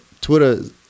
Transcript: Twitter